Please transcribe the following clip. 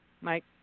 Mike